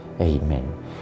Amen